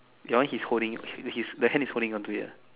your one his holding his the hand is holding onto it ah